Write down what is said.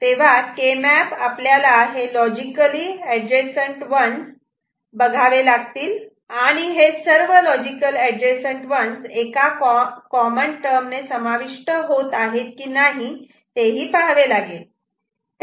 तेव्हा के मॅप मध्ये आपल्याला हे हेलॉजिकली एडजसंट 1's बघावे लागतील आणि हे सर्व लॉजिकली एडजसंट 1's एका कॉमन टर्म ने समाविष्ट होत आहेत की नाही ते ही पहावे लागेल